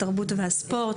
התרבות והספורט